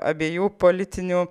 abiejų politinių